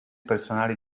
personale